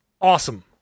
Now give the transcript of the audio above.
awesome